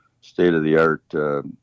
state-of-the-art